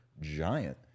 giant